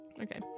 Okay